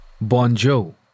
bonjour